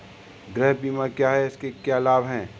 गृह बीमा क्या है इसके क्या लाभ हैं?